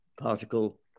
particle